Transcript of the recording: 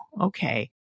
okay